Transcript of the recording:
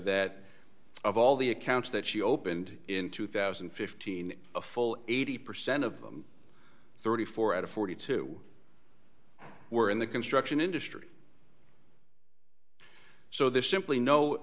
that of all the accounts that she opened in two thousand and fifteen a full eighty percent of them thirty four out of forty two were in the construction industry so there's simply no